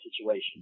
situation